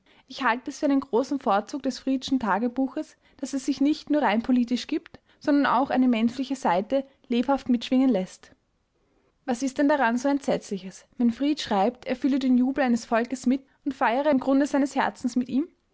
ich halte es für einen großen vorzug des friedschen tagebuches daß es sich nicht nur rein politisch gibt sondern auch eine menschliche saite lebhaft mitschwingen läßt was ist denn daran so entsetzliches wenn fried schreibt er fühle den jubel eines volkes mit und feiere im grunde seines herzens mit ihm